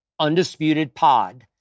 UndisputedPod